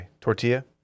Tortilla